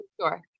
sure